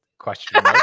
question